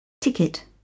TICKET